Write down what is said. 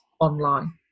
online